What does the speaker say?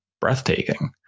breathtaking